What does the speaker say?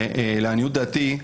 לעניות דעתי,